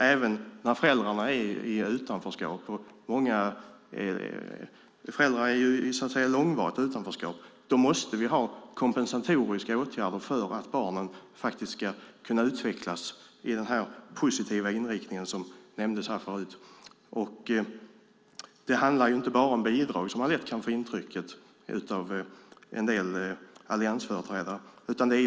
Även föräldrar finns i utanförskap, och många kanske har varit i långvarigt utanförskap. Då måste vi ha kompensatoriska åtgärder för att barnen faktiskt ska kunna utvecklas i en positiv inriktning, som nämndes här förut. Det handlar inte bara om bidrag, som man lätt kan få intrycket av en del av alliansföreträdarna.